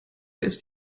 ist